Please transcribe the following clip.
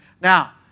Now